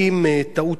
ואנחנו רואים,